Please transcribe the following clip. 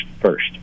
first